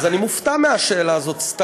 אז אני מופתע מהשאלה הזאת, סתיו.